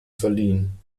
verliehen